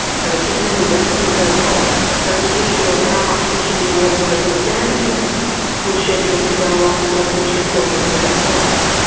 so she admitted that it was her fault. but the issue of how much he should be awarded for his damages was scheduled to go on before the district court and new south wales.